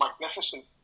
magnificent